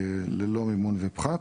ללא מימון ופחת,